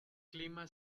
clima